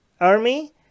Army